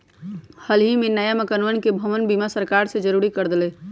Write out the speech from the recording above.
हल ही में नया मकनवा के भवन बीमा सरकार ने जरुरी कर देले है